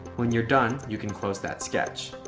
when you're done, you can close that sketch.